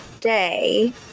day